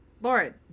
Lauren